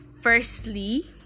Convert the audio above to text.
firstly